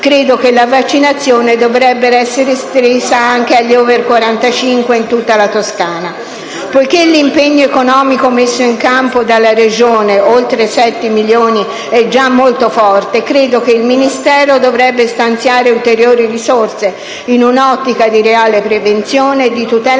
credo che la vaccinazione dovrebbe essere estesa anche agli *over* quarantacinque in tutta la Toscana. Poiché l'impegno economico messo in campo dalla Regione (oltre sette milioni di euro) è già molto forte, credo che il Ministero dovrebbe stanziare ulteriori risorse, in un'ottica di reale prevenzione e di massima